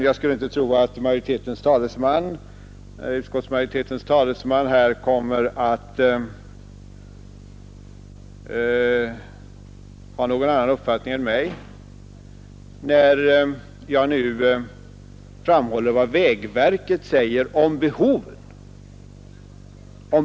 Jag tror inte att utskottsmajoritetens talesman kommer att ge uttryck för någon annan uppfattning, när jag nämner vad vägverket säger om behovet.